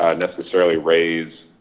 um necessarily raise